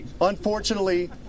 unfortunately